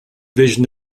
vision